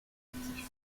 actifs